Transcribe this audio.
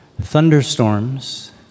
thunderstorms